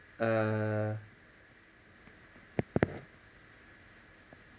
uh